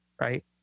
right